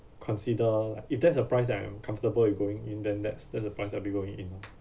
consider if that's the price that I am comfortable with going in then that's that's the price I'll be going in lah